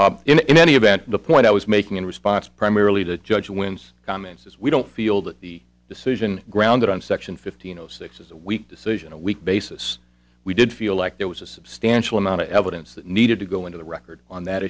now in any event the point i was making in response primarily to judge wins comments is we don't feel that the decision grounded on section fifteen zero six is a weak decision a weak basis we did feel like there was a substantial amount of evidence that needed to go into the record on that